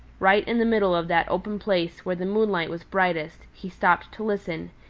right in the middle of that open place, where the moonlight was brightest, he stopped to listen,